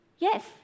Yes